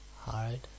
hard